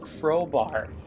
crowbar